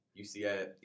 UCLA